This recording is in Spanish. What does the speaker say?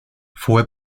fue